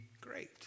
great